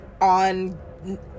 on